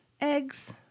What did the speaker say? Eggs